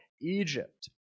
Egypt